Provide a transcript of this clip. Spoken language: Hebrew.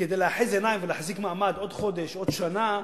כדי לאחז עיניים ולהחזיק מעמד עוד חודש, עוד שנה,